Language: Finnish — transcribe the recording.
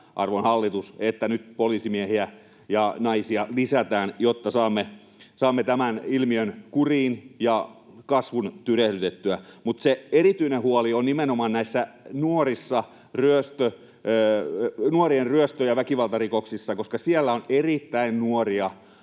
nyt poliisimiehiä ja -naisia lisätään, jotta saamme tämän ilmiön kuriin ja kasvun tyrehdytettyä. Mutta se erityinen huoli on nimenomaan näissä nuorien ryöstö- ja väkivaltarikoksissa, koska siellä on erittäin nuoria